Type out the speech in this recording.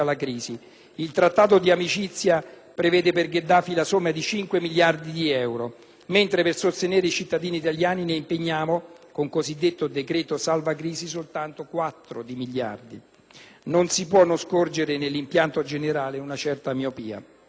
il Trattato di amicizia prevede per Gheddafi la somma di 5 miliardi di dollari, mentre per sostenere i cittadini italiani ne impegniamo, con il cosiddetto decreto anticrisi, soltanto 4 di miliardi. Non si può non scorgere nell'impianto generale una certa miopia.